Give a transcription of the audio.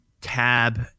tab